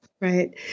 Right